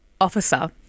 Officer